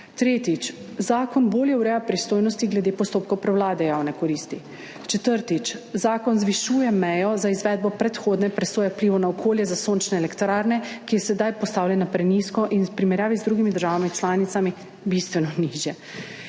Tretjič, zakon bolje ureja pristojnosti glede postopkov prevlade javne koristi. Četrtič, zakon zvišuje mejo za izvedbo predhodne presoje vplivov na okolje za sončne elektrarne, ki je sedaj postavljena prenizko in v primerjavi z drugimi državami članicami bistveno nižje.